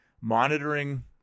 monitoring